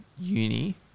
uni